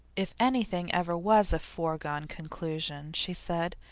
if anything ever was a foregone conclusion she said,